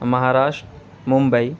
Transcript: Maharashtra Mumbai